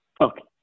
Okay